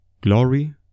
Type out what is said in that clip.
Glory